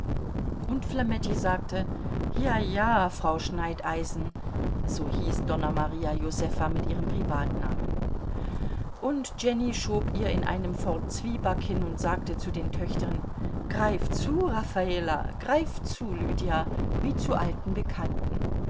und flametti sagte jaja frau scheideisen so hieß donna maria josefa mit ihrem privatnamen und jenny schob ihr in einem fort zwieback hin und sagte zu den töchtern greif zu raffala greif zu lydia wie zu alten bekannten